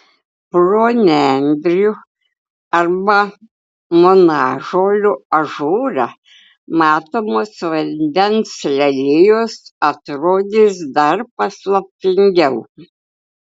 pro nendrių arba monažolių ažūrą matomos vandens lelijos atrodys dar paslaptingiau